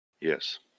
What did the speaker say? Yes